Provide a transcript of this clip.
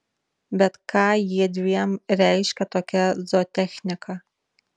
bet ką jiedviem reiškia tokia zootechnika